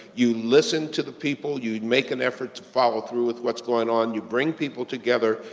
you listen to the people, you make an effort to follow through with what's going on, you bring people together,